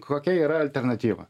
kokia yra alternatyva